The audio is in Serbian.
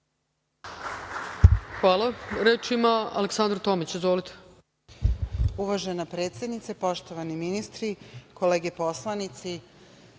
Hvala. Reč ima Aleksandra Tomić. Izvolite.